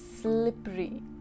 slippery